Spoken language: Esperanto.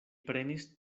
prenis